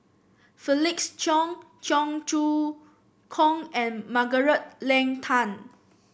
Felix Cheong Cheong Choong Kong and Margaret Leng Tan